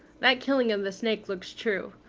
that killing of the snake looks true.